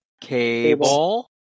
Cable